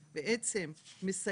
היום הבעלות על דירה,